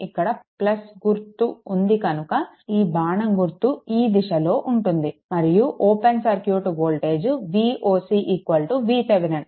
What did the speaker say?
ఇక్కడ గుర్తు ఉంది కనుక ఈ బాణం గుర్తు ఈ దిశలో ఉంటుంది మరియు open circuit voltage Voc VThevenin